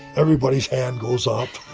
everybody's hand goes up